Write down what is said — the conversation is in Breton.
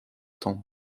tan